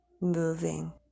moving